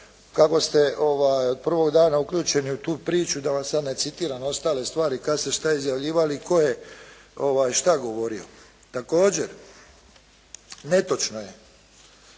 kako ste od prvog dana uključeni u tu priču da vam sad ne citiram ostale stvari kad ste šta izjavljivali, tko je šta govorio. Također netočno je